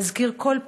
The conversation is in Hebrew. להזכיר כל פעם,